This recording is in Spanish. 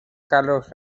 carlos